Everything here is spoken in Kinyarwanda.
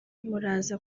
muraza